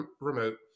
remote